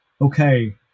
okay